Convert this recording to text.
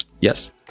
Yes